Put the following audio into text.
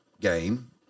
game